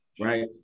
right